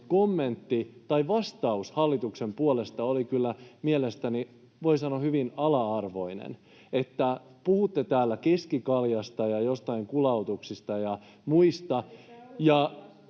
kommentti tai vastaus hallituksen puolesta oli kyllä mielestäni, voi sanoa, hyvin ala-arvoinen, että puhutte täällä keskikaljasta ja jostain kulautuksista ja muista